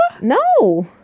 No